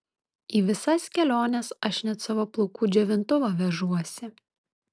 į visas keliones aš net savo plaukų džiovintuvą vežuosi